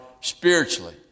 spiritually